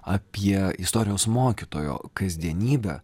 apie istorijos mokytojo kasdienybę